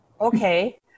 Okay